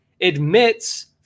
admits